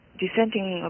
dissenting